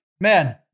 man